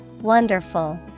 Wonderful